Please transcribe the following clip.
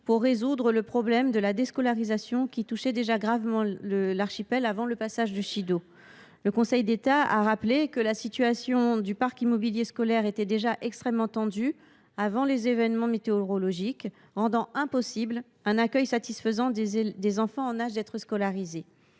pour résoudre le problème de la déscolarisation qui touchait déjà gravement l’archipel avant le passage du cyclone Chido. Le Conseil d’État l’a rappelé, la situation du parc immobilier scolaire était déjà extrêmement tendue avant la survenue des événements météorologiques que l’on sait, rendant impossible un accueil satisfaisant des enfants en âge d’être scolarisés.